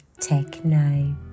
Techno